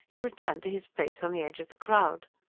he returned to his place on the edge of the crowd.